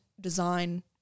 design